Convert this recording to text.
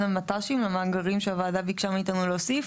המט"שים למאגרים שהוועדה ביקשה מאיתנו להוסיף.